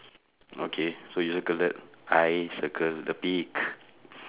okay so you circle that I circle the pig